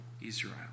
Israel